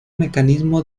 mecanismo